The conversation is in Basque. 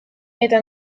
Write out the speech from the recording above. eta